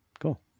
Cool